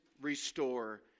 restore